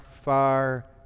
far